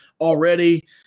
already